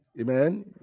Amen